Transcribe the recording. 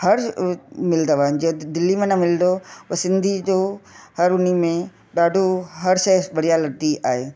हर मिलंदो आअ जीअं दिल्ली में न मिलंदो हो सिंधी जो हर उनमें ॾाढो हर शइ बढ़िया लॻंदी आहे